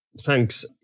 Thanks